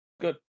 Good